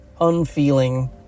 unfeeling